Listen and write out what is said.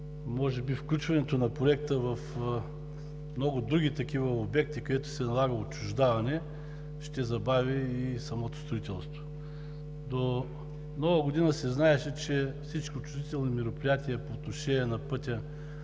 а включването на Проекта в много други такива обекти, където се налага отчуждаване, може би ще забави и самото строителство. До Нова година се знаеше, че всички отчуждителни мероприятия на пътя